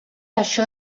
això